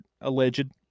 alleged